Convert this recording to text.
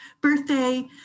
birthday